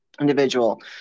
individual